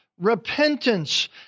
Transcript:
repentance